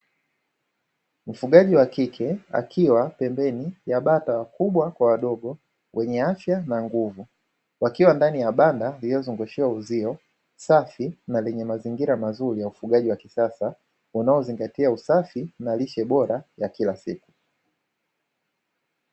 Mufugaji wa kike akiwa pembeni ya bata wakubwa kwa wadogo wenye afya na nguvu, wakiwa ndani ya banda lililozungushiwa uzio, safi, na lenye mazingira mazuri ya ufugaji wa kisasa unaozingatia usafi na lishe bora ya kila siku.